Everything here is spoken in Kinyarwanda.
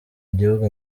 igihugu